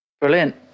Brilliant